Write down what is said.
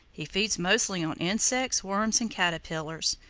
he feeds mostly on insects, worms and caterpillars,